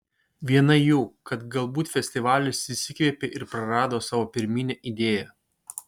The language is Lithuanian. viena jų kad galbūt festivalis išsikvėpė ir prarado savo pirminę idėją